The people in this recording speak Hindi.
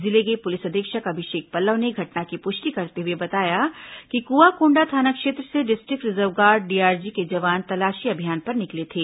जिले के पुलिस अधीक्षक अभिषेक पल्लव ने घटना की पुष्टि करते हुए बताया कि कुआंकोंडा थाना क्षेत्र से डिस्ट्रिक्ट रिजर्व गार्ड डीआरजी के जवान तलाशी अभियान पर निकले थे